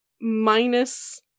minus